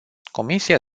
comisia